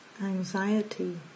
Anxiety